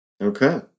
Okay